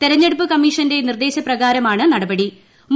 തെരഞ്ഞെടുപ്പ് കമ്മീഷന്റെ നിർദ്ദേശപ്രകാരമാണ് നടപട്ടി